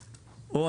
או...